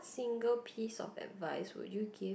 single piece of advice would you give